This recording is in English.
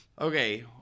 Okay